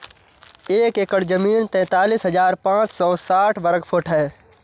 एक एकड़ जमीन तैंतालीस हजार पांच सौ साठ वर्ग फुट है